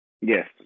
Yes